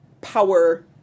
power